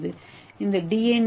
இப்போது இந்த டி